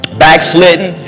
backslidden